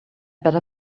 better